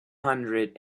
hundred